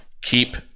keep